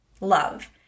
love